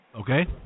Okay